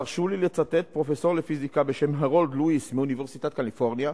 תרשו לי לצטט פרופסור לפיזיקה בשם הרולד לואיס מאוניברסיטת קליפורניה,